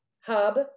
hub